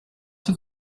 have